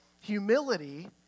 humility